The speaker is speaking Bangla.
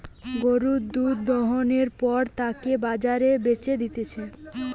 গরুর দুধ দোহানোর পর তাকে বাজারে বেচে দিতেছে